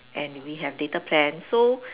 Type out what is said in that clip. and we have data plan so